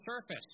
surface